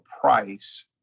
price